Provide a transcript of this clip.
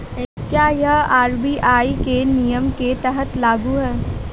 क्या यह आर.बी.आई के नियम के तहत लागू है?